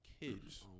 kids